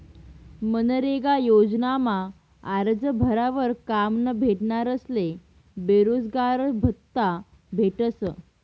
मनरेगा योजनामा आरजं भरावर काम न भेटनारस्ले बेरोजगारभत्त्ता भेटस